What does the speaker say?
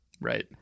Right